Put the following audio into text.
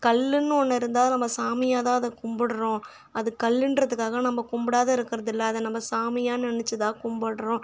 கல்லுனு ஒன்று இருந்தால் நம்ம சாமியாக தான் அதை கும்பிடுகிறோம் அது கல்லுன்றதுக்காக நம்ம கும்புடாம இருக்கிறது இல்லை அதை நம்ம சாமியாக நெனைச்சு தான் கும்பிடுறோம்